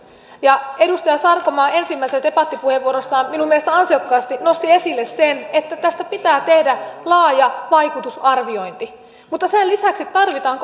edustaja sarkomaa ensimmäisessä debattipuheenvuorossaan minun mielestäni ansiokkaasti nosti esille sen että tästä pitää tehdä laaja vaikutusarviointi mutta sen lisäksi tarvitaan